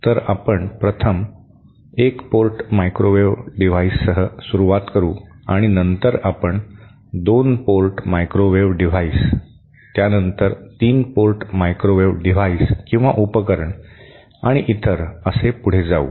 तर आपण प्रथम 1पोर्ट मायक्रोवेव्ह डिव्हाइससह सुरूवात करू आणि नंतर आपण 2 पोर्ट मायक्रोवेव्ह डिव्हाइस त्यानंतर 3 पोर्ट मायक्रोवेव्ह डिव्हाइस आणि इतर असे पुढे जाऊ